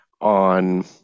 on